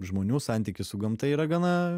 žmonių santykis su gamta yra gana